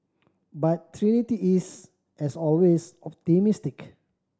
but Trinity is as always optimistic